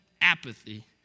apathy